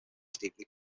steeply